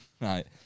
right